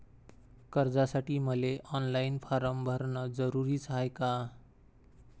कर्जासाठी मले online form भरन जरुरीच हाय का?